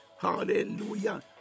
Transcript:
Hallelujah